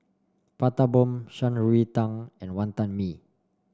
Prata Bomb Shan Rui Tang and Wantan Mee